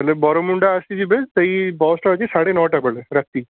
ତା'ହେଲେ ବରମୁଣ୍ଡା ଆସିଯିବେ ସେହି ବସ୍ଟା ଅଛି ସାଢେ ନଅଟାରେ ବେଳେ ରାତି